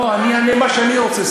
לא, אני אענה מה שאני רוצה.